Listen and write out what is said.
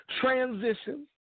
Transition